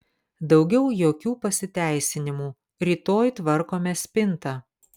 daugiau jokių pasiteisinimų rytoj tvarkome spintą